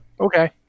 Okay